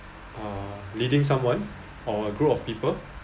uh leading someone or a group of people